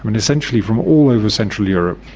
and essentially from all over central europe.